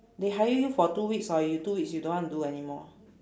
they hire you for two weeks or you two weeks you don't want do anymore